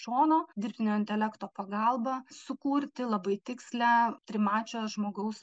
šono dirbtinio intelekto pagalba sukurti labai tikslią trimačio žmogaus